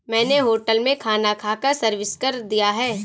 मैंने होटल में खाना खाकर सर्विस कर दिया है